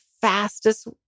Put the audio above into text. fastest